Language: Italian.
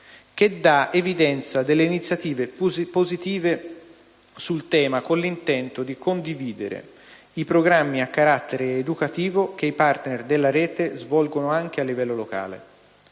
che dà evidenza delle iniziative positive sul tema, con l'intento di condividere i programmi a carattere educativo che i *partner* della rete svolgono anche a livello locale.